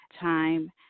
time